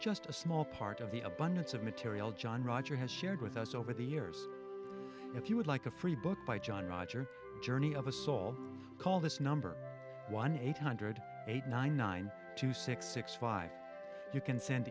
just a small part of the abundance of material john roger has shared with us over the years if you would like a free book by john roger journey of a soul call this number one eight hundred eight nine nine two six six five you can send